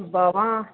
बवा